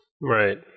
Right